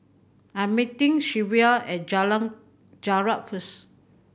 I'm meeting Shelvia at Jalan Jarak first